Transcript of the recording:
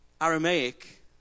Aramaic